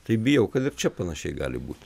tai bijau kad ir čia panašiai gali būt